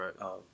right